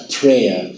prayer